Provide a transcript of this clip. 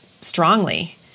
strongly